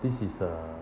this is uh